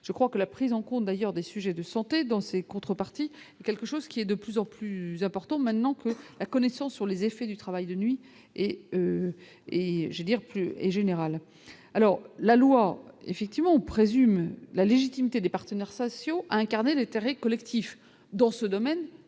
je crois que la prise en compte d'ailleurs des sujets de santé dans ces contreparties, quelque chose qui est de plus en plus important maintenant que la connaissance sur les effets du travail de nuit. Et et je dirais plus et générale. Alors la loi effectivement on présume la légitimité des partenaires sociaux à incarner collectif dans ce domaine